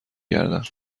گردم